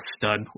stud